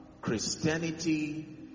christianity